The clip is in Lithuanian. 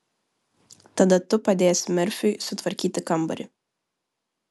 tada tu padėsi merfiui sutvarkyti kambarį